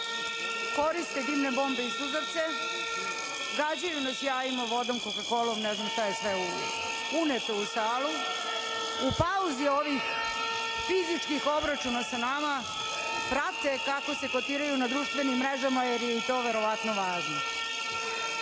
koriste dimne bombe i suzavce, gađaju nas jajima, vodom, koka-kolom, ne znam šta je sve uneto u salu. U pauzi ovih fizičkih obračuna sa nama prate kako se kotiraju na društvenim mrežama jer im je to verovatno važno.